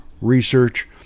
research